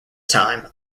time